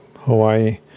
Hawaii